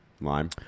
Lime